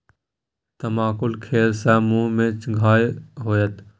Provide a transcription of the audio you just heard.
तमाकुल खेला सँ मुँह मे घाह होएत